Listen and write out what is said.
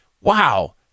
wow